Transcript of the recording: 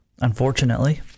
unfortunately